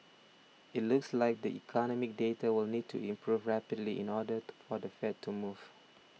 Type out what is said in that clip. it looks like the economic data will need to improve rapidly in order to for the Fed to move